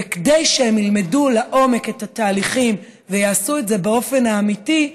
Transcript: וכדי שהם ילמדו לעומק את התהליכים ויעשו את זה באופן אמיתי,